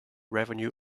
revenue